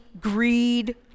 greed